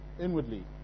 inwardly